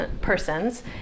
persons